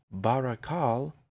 Barakal